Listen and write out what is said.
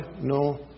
no